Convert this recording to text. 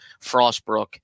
Frostbrook